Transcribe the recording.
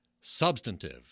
substantive